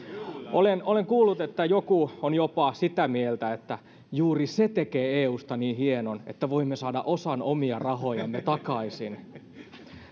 olen olen kuullut että joku on jopa sitä mieltä että juuri se tekee eusta niin hienon että voimme saada osan omia rahojamme takaisin